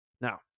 Now